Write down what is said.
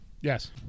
Yes